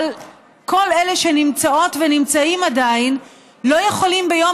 אבל כל אלה שעדיין נמצאות ונמצאים לא יכולים ביום